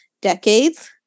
decades